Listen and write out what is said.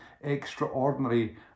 extraordinary